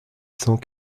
cent